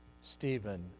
Stephen